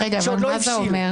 אך הן לא הבשילו.